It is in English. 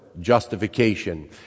justification